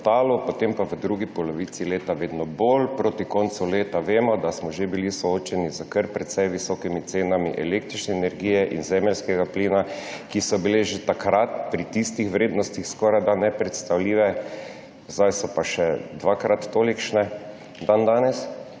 potem pa v drugi polovici leta vedno bolj. Proti koncu leta, vemo, da smo že bili soočeni s kar precej visokimi cenami električne energije in zemeljskega plina, ki so bile že takrat pri tistih vrednostih skorajda nepredstavljive, zdaj so pa še dvakrat tolikšne.